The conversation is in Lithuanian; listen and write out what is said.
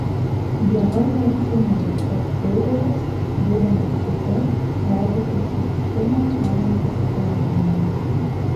ieva neatsiminė kad fiureris būdamas su ja rodytų šiurkštumą ar nepasitenkinimą